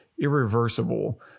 irreversible